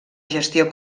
gestió